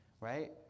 Right